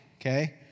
Okay